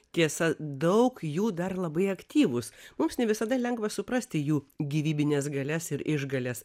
tiesa daug jų dar labai aktyvūs mums ne visada lengva suprasti jų gyvybines galias ir išgales